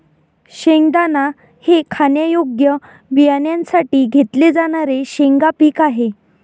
शेंगदाणा हे खाण्यायोग्य बियाण्यांसाठी घेतले जाणारे शेंगा पीक आहे